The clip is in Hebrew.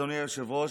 אדוני היושב-ראש,